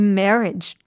marriage